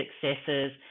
successes